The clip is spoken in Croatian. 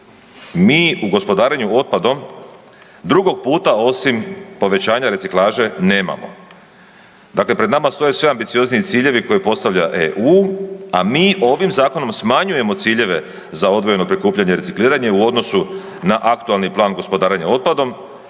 mi u gospodarenju otpadom drugog puta osim povećanja reciklaže nemamo. Dakle, pred nama stoje sve ambiciozniji ciljevi koje postavlja EU, a mi ovim zakonom smanjujemo ciljeve za odvojeno prikupljanje i recikliranje u odnosu na aktualni plan gospodarenja otpadom.